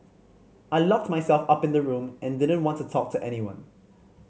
I locked myself up in the room and didn't want to talk to anyone